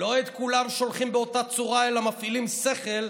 לא את כולם שולחים באותה צורה אלא מפעילים שכל,